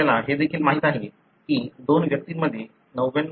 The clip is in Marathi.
आपल्याला हे देखील माहित आहे की दोन व्यक्तींमध्ये 99